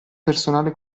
personale